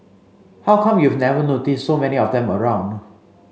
how come you've never noticed so many of them around